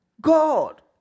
God